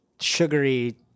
sugary